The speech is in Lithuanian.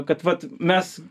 kad vat mes